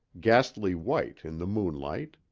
ghastly white in the moonlight.